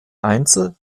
einzel